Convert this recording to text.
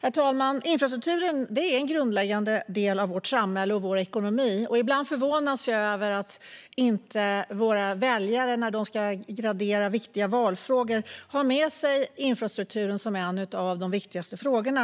Herr talman! Infrastrukturen är en grundläggande del av vårt samhälle och vår ekonomi. Ibland förvånas jag över att våra väljare när de ska gradera valfrågor inte har med infrastrukturen som en av de viktigaste frågorna.